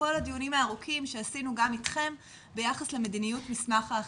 לכל הדיונים הארוכים שעשינו גם אתכם ביחס למדיניות מסמך האכיפה.